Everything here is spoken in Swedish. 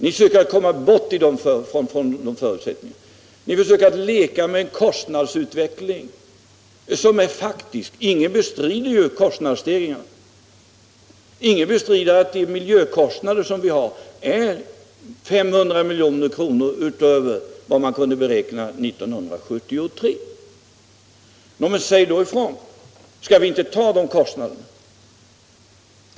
Ni söker att förbise de ändrade förutsättningarna. Ni försöker se bort ifrån en kostnadsutveckling som är faktisk. Ingen bestrider kostnadsstegringarna. Ingen bestrider att de miljökostnader vi har är 500 milj.kr. utöver vad man kunde beräkna 1973. Säg då ifrån om ni anser att vi inte skall ta de konsekvenserna!